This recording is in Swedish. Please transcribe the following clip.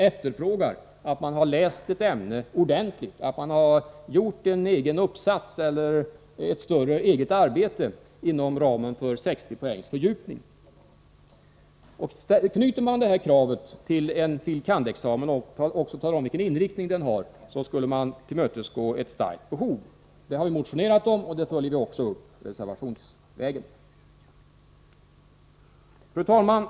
De skulle vilja att man har läst ett ämne ordentligt, att man har skrivit en egen uppsats eller gjort ett större eget arbete inom ramen för 60 poängs fördjupning. Om man knyter detta krav till en fil. kand.-examen och också talar om vilken inriktning en sådan examen har skulle ett starkt behov tillmötesgås. Detta har vi motionerat om och detta krav fullföljer vi med en reservation. Fru talman!